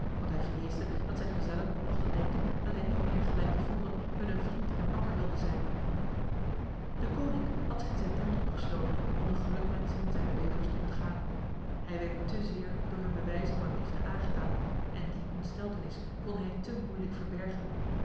want hij vreesde dat zijn gezellen mochten denken dat hij niet meer gelijk tevoren hun een vriend en makker wilde zijn deconinck had zich in zijn tent opgesloten om de gelukwensingen zijner wevers te ontgaan hij werd te zeer door hun bewijzen van liefde aangedaan en die ontsteltenis kon hij te moeilijk verbergen